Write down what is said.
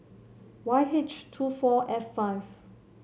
Y H two four F five